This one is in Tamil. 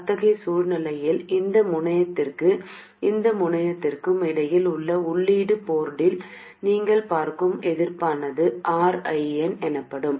அத்தகைய சூழ்நிலையில் இந்த முனையத்திற்கும் இந்த முனையத்திற்கும் இடையில் உள்ள உள்ளீட்டு போர்ட்டில் நீங்கள் பார்க்கும் எதிர்ப்பானது Rin எனப்படும்